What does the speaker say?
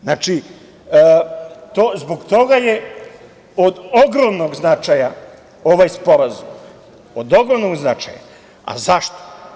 Zbog toga je od ogromnog značaja ovaj sporazum, od ogromnog značaja, a zašto?